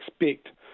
expect